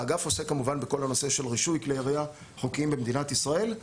האגף עוסק כמובן בכל הנושא של רישוי כלי ירייה חוקיים במדינת ישראל,